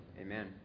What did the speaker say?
Amen